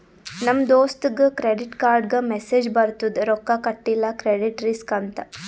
ನಮ್ ದೋಸ್ತಗ್ ಕ್ರೆಡಿಟ್ ಕಾರ್ಡ್ಗ ಮೆಸ್ಸೇಜ್ ಬರ್ತುದ್ ರೊಕ್ಕಾ ಕಟಿಲ್ಲ ಕ್ರೆಡಿಟ್ ರಿಸ್ಕ್ ಅಂತ್